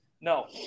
No